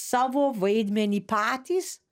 savo vaidmenį patys